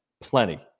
Plenty